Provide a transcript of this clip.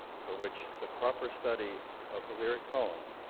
for which the proper study of the lyric poem,